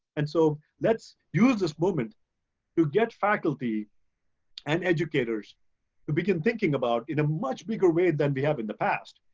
and so, let's use this movement to get faculty and educators to but begin thinking about in a much bigger way than we have in the past,